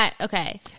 Okay